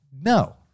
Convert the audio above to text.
No